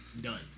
done